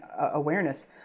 awareness